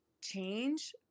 change